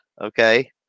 okay